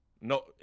no